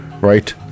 right